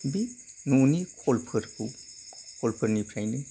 बे न'नि कलफोरखौ कलफोरनिफ्रायनो